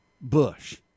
Bush